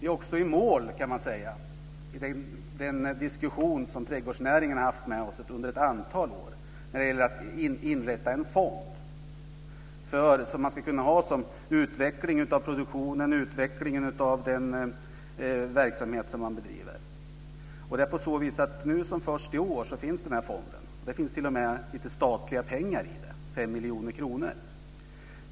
Vi är också i mål, kan man säga, i den diskussion som trädgårdsnäringen har haft med oss under ett antal år om att inrätta en fond för utveckling av den produktion och verksamhet som man bedriver. Först nu i år finns den här fonden. Det finns t.o.m. lite statliga pengar i den, 5 miljoner kronor.